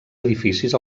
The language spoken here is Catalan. edificis